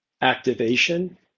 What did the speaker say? activation